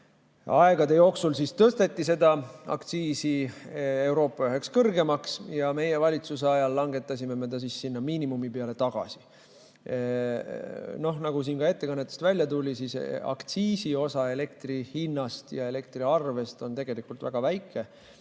Aegade jooksul siis tõsteti seda aktsiisi Euroopa üheks kõrgeimaks ja meie valitsuse ajal me langetasime ta sinna miinimumi peale tagasi. Nagu siin ka ettekannetest välja tuli, aktsiisi osa elektri hinnas ja elektriarves on tegelikult väga väike.